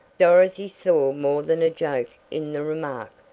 dorothy saw more than a joke in the remark.